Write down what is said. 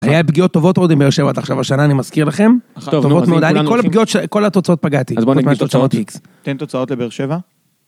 היה פגיעות טובות מאוד עם באר שבע עד עכשיו השנה אני מזכיר לכם. טובות מאוד. כל התוצאות פגעתי. אז בואו נגיד תוצאות איקס. תן תוצאות לבאר שבע.